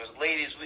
ladies